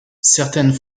certaines